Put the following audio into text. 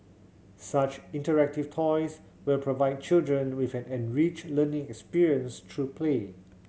such interactive toys will provide children with an enriched learning experience through play